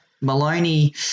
Maloney